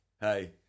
hey